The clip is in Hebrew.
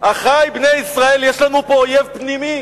אחי בני ישראל, יש לנו פה אויב פנימי.